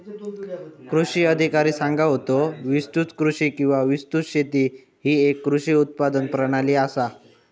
कृषी अधिकारी सांगा होतो, विस्तृत कृषी किंवा विस्तृत शेती ही येक कृषी उत्पादन प्रणाली आसा